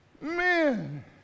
man